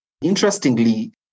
Interestingly